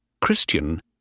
Christian